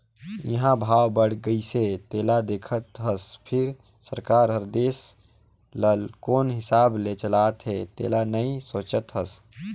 इंहा भाव बड़ गइसे तेला देखत हस फिर सरकार हर देश ल कोन हिसाब ले चलात हे तेला नइ सोचत हस